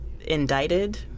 indicted